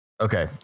Okay